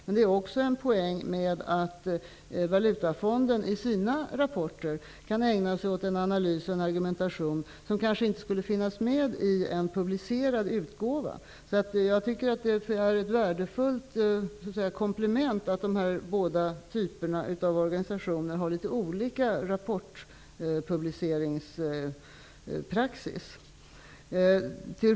Men det ligger också en poäng i att Valutafonden i sina rapporter kan ägna sig åt argumentation som kanske inte skulle finnas med i en publicerad utgåva. Jag tycker att det är värdefullt att dessa båda typer av organisationer har olika praxis när det gäller publicering av rapporter.